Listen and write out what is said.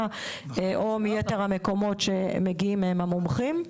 או מיתר המקומות שמגיעים מהם המומחים.